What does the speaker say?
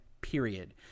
period